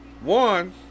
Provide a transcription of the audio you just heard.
one